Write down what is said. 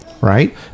Right